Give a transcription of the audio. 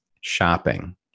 shopping